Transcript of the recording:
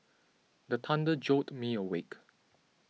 the thunder jolt me awake